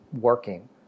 working